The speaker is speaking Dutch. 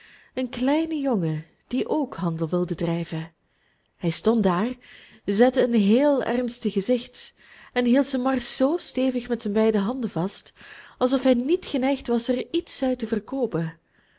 een kleine jongen die ook handel wilde drijven hij stond daar zette een heel ernstig gezicht en hield zijn mars zoo stevig met zijn beide handen vast alsof hij niet geneigd was er iets uit te verkoopen